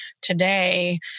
today